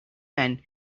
man